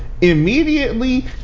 immediately